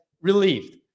relieved